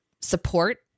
support